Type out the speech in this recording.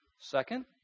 Second